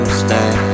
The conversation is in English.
stay